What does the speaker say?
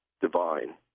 divine